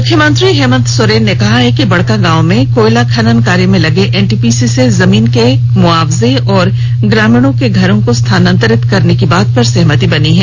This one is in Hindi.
मुख्यमंत्री हेमंत सोरेन ने कहा कि बड़कागांव में कोयला खनन कार्य में लगे एनटीपीसी से जमीन के मुआवजे ँऔर ग्रामीणों के घरों को स्थानांतरित करने की बात पर सहमति बनी है